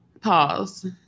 pause